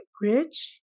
rich